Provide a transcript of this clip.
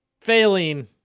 failing